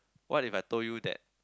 what if I told you that